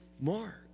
Mark